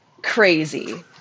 crazy